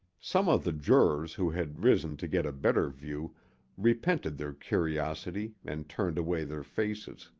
some of the jurors who had risen to get a better view repented their curiosity and turned away their faces.